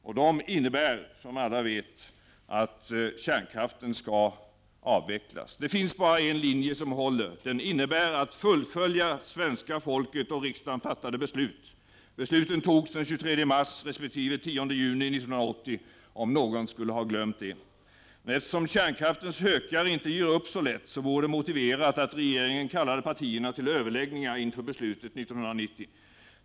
Och det är, som alla vet, att kärnkraften skall avvecklas. Det finns bara en linje som håller. Den innebär att fullfölja av svenska folket och riksdagen fattade beslut. Besluten fattades den 23 mars resp. den 10 juni 1980, om någon skulle ha glömt det. Men eftersom kärnkraftens, ”hökar” inte ger upp så lätt vore det motiverat att regeringen kallade partierna till överläggning inför beslutet 1990.